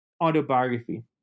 Autobiography